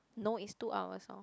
no it's two hours lor